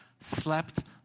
slept